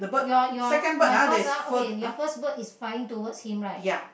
your your my first ah okay your first bird is flying towards him right